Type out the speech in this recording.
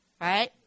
right